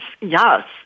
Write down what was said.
yes